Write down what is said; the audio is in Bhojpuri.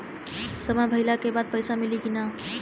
समय भइला के बाद पैसा मिली कि ना?